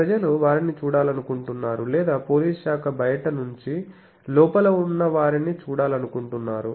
ప్రజలు వారిని చూడాలనుకుంటున్నారు లేదా పోలీసు శాఖ బయటి నుండి లోపల వున్న వారిని చూడాలనుకుంటున్నారు